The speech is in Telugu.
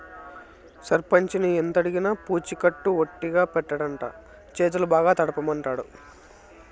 సర్పంచిని ఎంతడిగినా పూచికత్తు ఒట్టిగా పెట్టడంట, చేతులు బాగా తడపమంటాండాడు